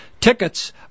tickets